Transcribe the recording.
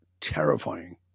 terrifying